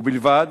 ובלבד